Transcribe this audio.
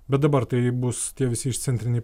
bet dabar tai bus tie visi išcentriniai